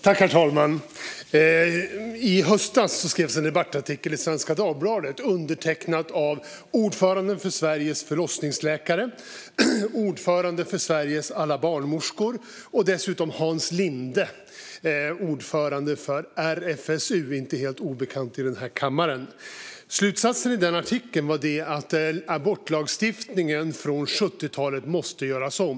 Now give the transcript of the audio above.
Herr talman! I höstas skrevs en debattartikel i Svenska Dagbladet undertecknad av ordföranden för Sveriges förlossningsläkare, ordföranden för Sveriges alla barnmorskor och dessutom av Hans Linde, ordförande för RFSU och inte helt obekant i den här kammaren. Slutsatsen i den artikeln var att abortlagstiftningen från 70-talet måste göras om.